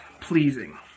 pleasing